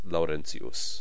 Laurentius